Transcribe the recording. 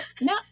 no